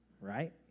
right